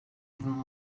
even